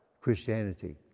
Christianity